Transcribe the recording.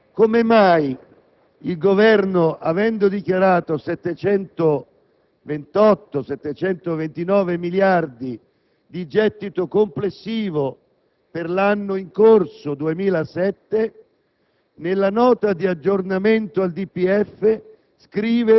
allora, due questioni. Anzitutto, come mai il Governo, avendo dichiarato circa 729 miliardi di gettito complessivo per l'anno in corso 2007,